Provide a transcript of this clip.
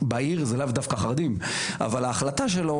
בעיר זה לאו דווקא חרדים אבל ההחלטה שלו